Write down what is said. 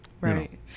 Right